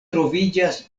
troviĝas